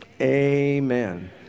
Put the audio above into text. Amen